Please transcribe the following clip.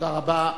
תודה רבה.